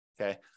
okay